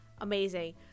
amazing